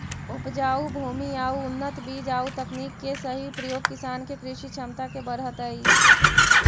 उपजाऊ भूमि आउ उन्नत बीज आउ तकनीक के सही प्रयोग किसान के कृषि क्षमता के बढ़ऽतइ